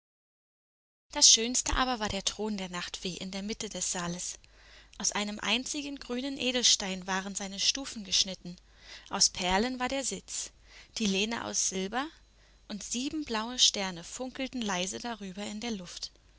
das schönste aber war der thron der nachtfee in der mitte des saales aus einem einzigen grünen edelstein waren seine stufen geschnitten aus perlen war der sitz die lehne aus silber und sieben blaue sterne funkelten leise darüber in der luft